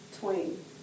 twain